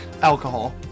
alcohol